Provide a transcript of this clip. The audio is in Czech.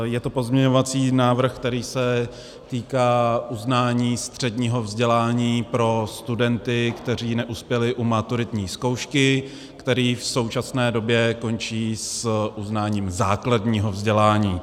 Je to pozměňovací návrh, který se týká uznání středního vzdělání pro studenty, kteří neuspěli u maturitní zkoušky, kteří v současné době končí s uznáním základního vzdělání.